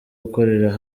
gukorera